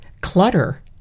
clutter